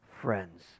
friends